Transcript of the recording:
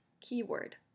Keyword